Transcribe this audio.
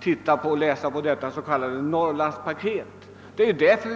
ta del av det s.k. Norrlandspaketet.